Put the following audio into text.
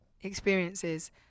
experiences